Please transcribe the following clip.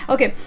Okay